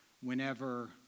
whenever